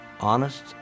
honest